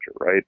right